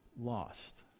lost